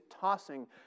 tossing